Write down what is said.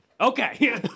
Okay